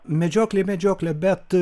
medžioklė medžiokle bet